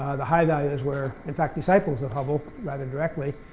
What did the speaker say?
the high value is where, in fact, disciples of hubble, rather directly